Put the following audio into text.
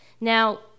now